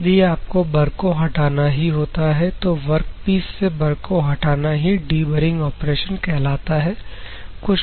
इसलिए आपको बर को हटाना ही होता है तो वर्कपीस से बर को हटाना ही डीबरिंग ऑपरेशन कहलाता है